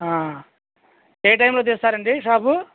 ఏ టైంలో తీస్తారండి షాపు